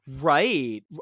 right